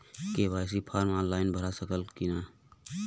KYC form online भरा सकला की ना?